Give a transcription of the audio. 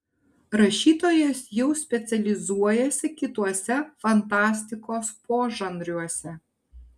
rašytojas jau specializuojasi kituose fantastikos požanriuose